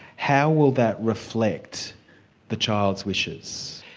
how will that reflect the child's wishes?